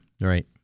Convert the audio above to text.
Right